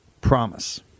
promise